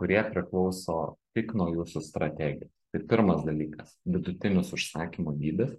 kurie priklauso tik nuo jūsų strategijo tai pirmas dalykas vidutinis užsakymo dydis